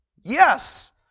Yes